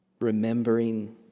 remembering